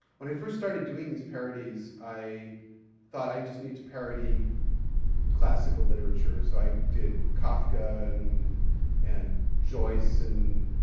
when i first started doing these parodies, i thought i just need to parody classical literature. so, i did kafka and and joyce and